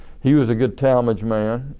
he was a good talmadge man.